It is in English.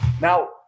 Now